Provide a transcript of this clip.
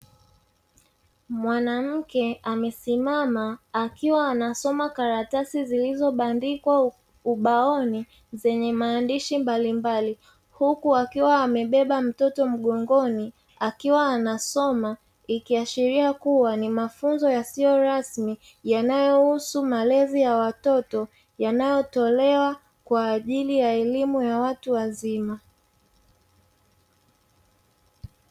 Mwanamke amesimama akiwa anasoma karatasi zilizobandikwa ubaoni zenye maandishi mbalimbali huku akiwa amebeba mtoto mgongoni akiwa anasoma, ikiashiria kuwa ni mafunzo yasiyo rasmi yanayohusu malezi ya watoto yanayotolewa kwa ajili ya elimu ya watu wazima.